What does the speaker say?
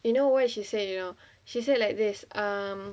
you know what she said you know she said like this um